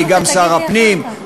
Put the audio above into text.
אני גם שר הפנים,